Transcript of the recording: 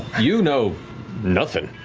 you know nothing.